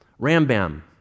Rambam